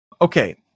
Okay